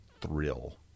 thrill